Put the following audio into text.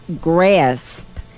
grasp